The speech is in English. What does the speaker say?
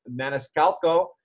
Maniscalco